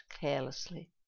carelessly